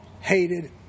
hated